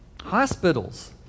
Hospitals